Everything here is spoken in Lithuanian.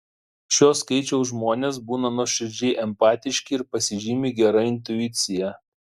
šio skaičiaus žmonės būna nuoširdžiai empatiški ir pasižymi gera intuicija